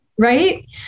Right